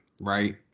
right